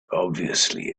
obviously